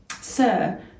Sir